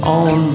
on